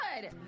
good